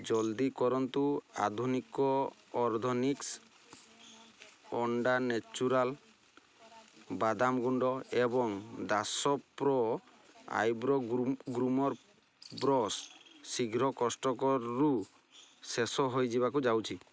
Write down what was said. ଜଲ୍ଦି କରନ୍ତୁ ଆଧୁନିକ ଅର୍ଦ୍ଧନିକ୍ସ୍ ଅଣ୍ଡା ନେଚୁରାଲ୍ ବାଦାମ ଗୁଣ୍ଡ ଏବଂ ଦାଶ ପ୍ରୋ ଆଇବ୍ରୋ ଗ୍ରୁ ଗ୍ରୁମର୍ ବ୍ରଶ୍ ଶୀଘ୍ର କ ଷ୍ଟକ୍ରୁ ଶେଷ ହୋଇଯିବାକୁ ଯାଉଛି